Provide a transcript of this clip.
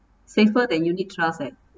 safer than unit trust eh